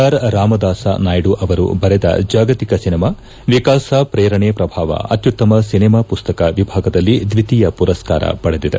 R Ramadasa Naidu ಅವರು ಬರೆದ ಜಾಗತಿಕ ಸಿನೆಮಾ ವಿಕಾಸ ಪ್ರೇರಣೆ ಪ್ರಭಾವ ಅತ್ಯುತ್ತಮ ಸಿನಿಮಾ ಪುಸ್ತಕ ವಿಭಾಗದಲ್ಲಿ ದ್ವಿತೀಯ ಪುರಸ್ಕಾರ ಪಡೆದಿದೆ